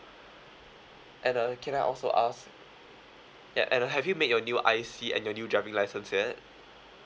and uh can I also ask yeah and uh have you made your new IC and your new driving license yet